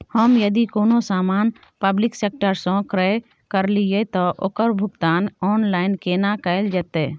हम यदि कोनो सामान पब्लिक सेक्टर सं क्रय करलिए त ओकर भुगतान ऑनलाइन केना कैल जेतै?